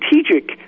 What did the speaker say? strategic